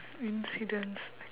incidents